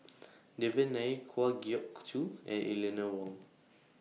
Devan Nair Kwa Geok Choo and Eleanor Wong